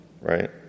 Right